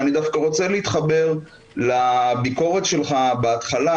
ואני דווקא רוצה להתחבר לביקורת שלך בהתחלה,